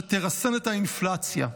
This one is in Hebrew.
שתרסן את האינפלציה.